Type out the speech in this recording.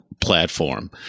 platform